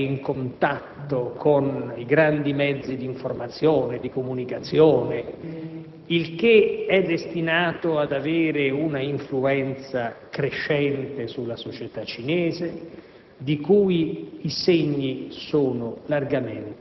e gran parte dell'opinione pubblica è in contatto con i grandi mezzi di informazione e di comunicazione. Tutto ciò è destinato ad avere una influenza crescente sulla società cinese,